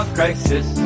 crisis